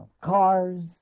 cars